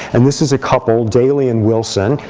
and this is a couple, daley and wilson,